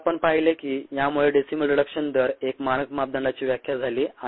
मग आपण पाहिले की यामुळे डेसीमल रिडक्शन दर एक मानक मापदंडची व्याख्या झाली